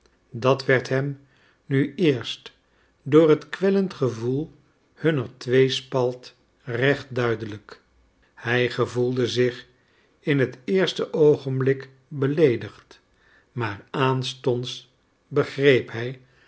dat werd hem nu eerst door het kwellend gevoel hunner tweespalt recht duidelijk hij gevoelde zich in het eerste oogenblik beleedigd maar aanstonds begreep hij